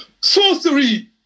Sorcery